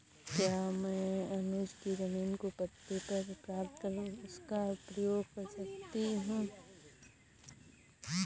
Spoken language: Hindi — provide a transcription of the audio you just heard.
क्या मैं अनुज के जमीन को पट्टे पर प्राप्त कर उसका प्रयोग कर सकती हूं?